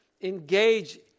engage